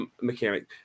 mechanic